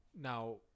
now